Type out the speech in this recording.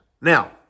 Now